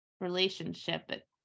relationship